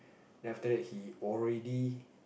then after that he already